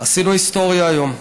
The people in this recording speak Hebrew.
עשינו היסטוריה היום.